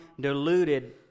deluded